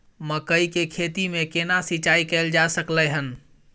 मकई की खेती में केना सिंचाई कैल जा सकलय हन?